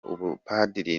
ubupadiri